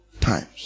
times